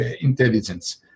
intelligence